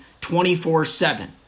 24-7